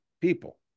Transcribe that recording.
people